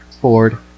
Ford